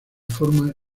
forma